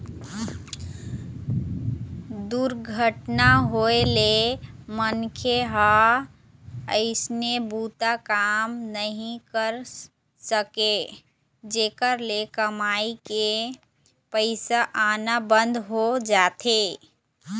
दुरघटना होए ले मनखे ह अइसने बूता काम नइ कर सकय, जेखर ले कमई के पइसा आना बंद हो जाथे